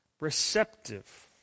receptive